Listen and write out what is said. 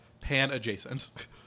pan-adjacent